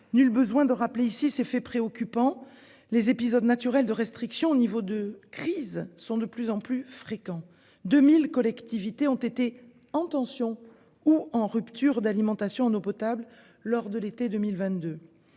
Nul besoin de rappeler ici ces faits préoccupants : les épisodes de restriction au niveau de crise sont de plus en plus fréquents : 2 000 collectivités se sont trouvées en tension ou en rupture d'alimentation en eau potable lors de l'été 2022